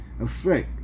affect